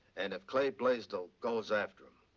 and if clay blaisdell goes after him,